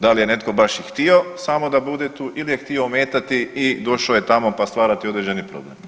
Da li je netko baš i htio samo da bude tu ili je htio ometati i došao je tamo pa stvar ti određeni problem.